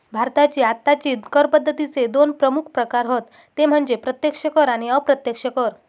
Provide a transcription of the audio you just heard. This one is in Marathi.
भारताची आत्ताची कर पद्दतीचे दोन प्रमुख प्रकार हत ते म्हणजे प्रत्यक्ष कर आणि अप्रत्यक्ष कर